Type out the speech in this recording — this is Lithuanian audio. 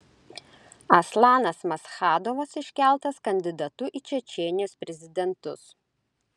aslanas maschadovas iškeltas kandidatu į čečėnijos prezidentus